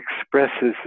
expresses